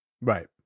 Right